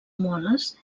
moles